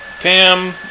Pam